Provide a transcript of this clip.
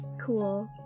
Cool